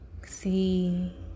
see